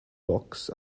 rocks